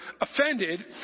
offended